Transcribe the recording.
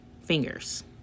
fingers